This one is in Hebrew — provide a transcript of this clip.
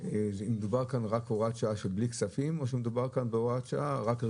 אם דובר כאן רק על הוראת שעה בלי כספי,